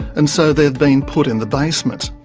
and so they've been put in the basement.